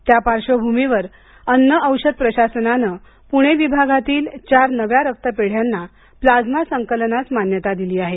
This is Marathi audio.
त्या पार्श्वभूमीवर अन्न औषध प्रशासनाने पुणे विभागातील चार नव्या रक्तपेढ्यांना प्लाझ्मा संकलनास मान्यता दिली आहे